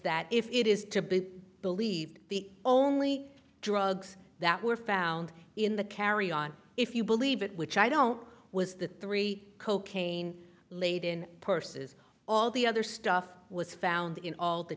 that if it is to be believed the only drugs that were found in the carry on if you believe it which i don't was the three cocaine laden purses all the other stuff was found in all the